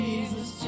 Jesus